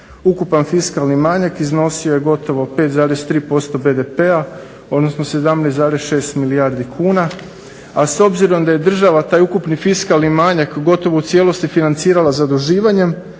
Ukupan fiskalni manjak iznosio je gotovo 5,35 BDP-a, odnosno 17,6 milijardi kuna, a s obzirom da je država taj ukupni fiskalni manjak gotovo u cijelosti financirala zaduživanjem